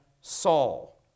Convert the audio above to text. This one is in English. Saul